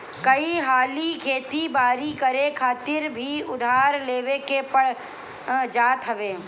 कई हाली खेती बारी करे खातिर भी उधार लेवे के पड़ जात हवे